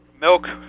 milk